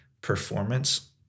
performance